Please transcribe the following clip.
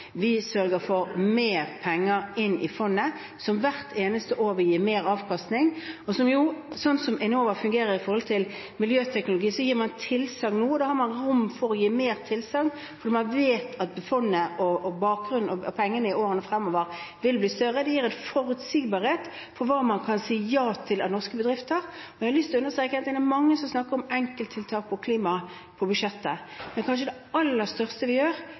fondet, som hvert eneste år vil gi mer avkastning. Slik Enova fungerer med hensyn til miljøteknologi, gir man tilsagn, og nå har man da rom for å gi mer tilsagn. Når man vet at fondet i årene fremover vil bli større med mer penger, gir det en forutsigbarhet for hva man kan si ja til av norske bedrifter. Jeg har lyst til å understreke at det er mange som snakker om enkelttiltak for klima på budsjettet. Men det kanskje aller største vi gjør,